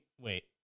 wait